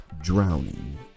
drowning